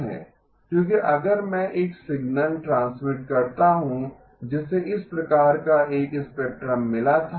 क्योंकि अगर मैं एक सिग्नल ट्रांसमिट करता हूं जिसे इस प्रकार का एक स्पेक्ट्रम मिला था